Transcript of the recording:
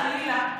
חלילה,